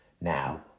Now